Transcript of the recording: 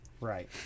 Right